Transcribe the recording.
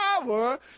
power